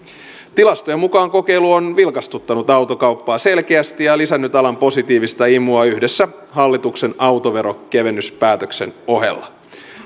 tilastojen mukaan kokeilu on vilkastuttanut autokauppaa selkeästi ja lisännyt alan positiivista imua yhdessä hallituksen autoverokevennyspäätöksen ohella